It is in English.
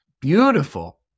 Beautiful